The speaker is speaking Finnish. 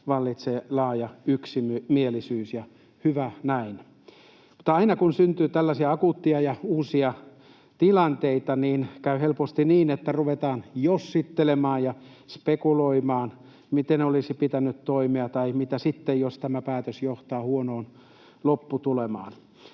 vallitsee laaja yksimielisyys — ja hyvä näin. Mutta aina kun syntyy tällaisia akuutteja ja uusia tilanteita, käy helposti niin, että ruvetaan jossittelemaan ja spekuloimaan, miten olisi pitänyt toimia tai mitä sitten, jos tämä päätös johtaa huonoon lopputulemaan.